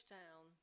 down